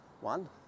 one